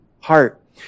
heart